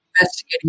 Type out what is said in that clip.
investigating